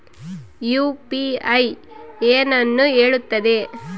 UPI ಏನನ್ನು ಹೇಳುತ್ತದೆ?